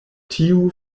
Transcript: tiu